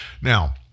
Now